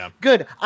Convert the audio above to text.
good